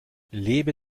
lebe